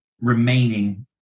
remaining